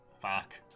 Fuck